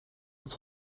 iets